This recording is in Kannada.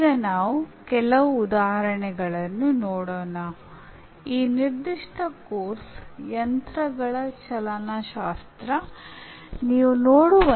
ಇವೆಲ್ಲವೂ ವಿಭಿನ್ನ ವರ್ಗದವರಿಗೆ ವಿಭಿನ್ನ ಸಂದರ್ಭಗಳಲ್ಲಿ ಮುಖ್ಯವಾಗಿರಬಹುದು